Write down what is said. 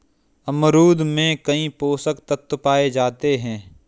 अमरूद में कई पोषक तत्व पाए जाते हैं